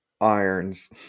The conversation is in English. Irons